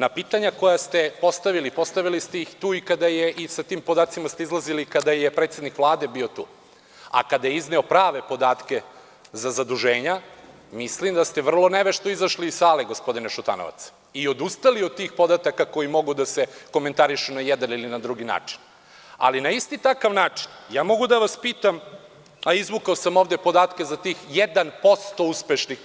Na pitanja koja ste postavili, postavili ste ih tu i sa tim podacima ste izlazili kada je predsednik Vlade bio tu, a kada je izneo prave podatke za zaduženja, mislim da ste vrlo nevešto izašli iz sale, gospodine Šutanovac i odustali od tih podataka koji mogu da se komentarišu na jedan ili na drugi način, ali na isti takav način ja mogu da vas pitam, a izvukao sam ovde podatke za tih 1% uspešnih